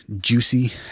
juicy